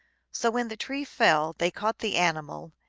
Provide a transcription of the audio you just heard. so when the tree fell they caught the animal,